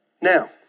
Now